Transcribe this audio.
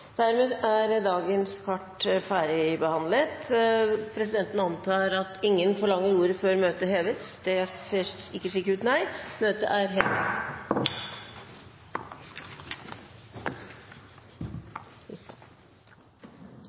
dagens kart ferdigbehandlet. Presidenten antar at ingen forlanger ordet før møtet heves. – Det ser ikke slik ut.